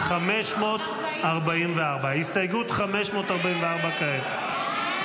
-- 544, הסתייגות 544 כעת.